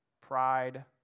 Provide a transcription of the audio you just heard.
pride